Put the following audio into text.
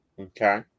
Okay